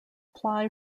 ply